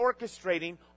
orchestrating